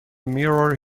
mirror